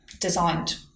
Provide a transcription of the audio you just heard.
designed